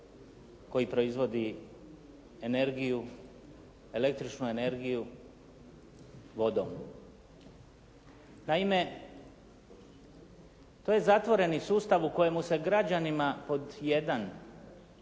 koji proizvodi energiju, električnu energiju vodom. Naime to je zatvoreni sustav u kojemu se građanima pod jedan